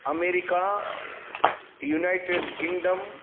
America United Kingdom